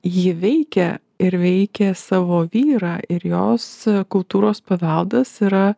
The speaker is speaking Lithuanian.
ji veikia ir veikė savo vyrą ir jos kultūros paveldas yra